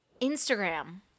Instagram